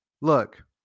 look